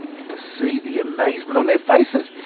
and to see the amazement on their faces.